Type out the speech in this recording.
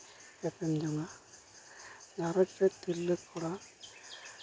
ᱜᱷᱟᱨᱚᱸᱡᱽ ᱨᱮ ᱛᱤᱨᱞᱟᱹ ᱠᱚᱲᱟ